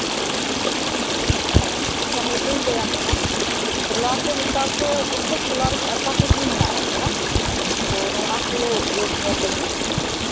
ᱚᱻ ᱟᱪᱪᱷᱟ ᱱᱤᱛ ᱜᱤᱧ ᱞᱟᱹᱭᱟᱢ ᱠᱟᱱᱟ ᱴᱚᱞᱟ ᱠᱚ ᱱᱮᱛᱟᱨ ᱫᱚ ᱯᱨᱚᱛᱛᱮᱠ ᱴᱚᱞᱟ ᱨᱮᱜᱮ ᱟᱥᱟ ᱠᱩᱨᱢᱤ ᱢᱮᱱᱟᱜ ᱟᱠᱟᱫ ᱠᱚᱣᱟ ᱛᱚ ᱱᱚᱶᱟ ᱠᱚ ᱨᱳᱜᱽ ᱧᱮᱞ ᱞᱟᱹᱜᱤᱫ